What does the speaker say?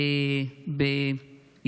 ברשויות המקומיות,